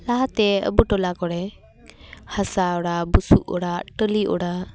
ᱞᱟᱦᱟᱛᱮ ᱟᱵᱚ ᱴᱚᱞᱟ ᱠᱚᱨᱮ ᱦᱟᱥᱟ ᱚᱲᱟᱜ ᱵᱩᱥᱩᱵ ᱚᱲᱟᱜ ᱴᱟᱹᱞᱤ ᱚᱲᱟᱜ